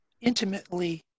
intimately